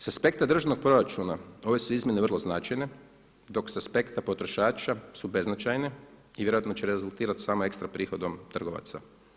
Sa aspekta državnog proračuna ove su izmjene vrlo značajne, dok sa aspekta potrošača su beznačajne i vjerojatno će rezultirati sam ekstra prihodom trgovaca.